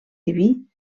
diví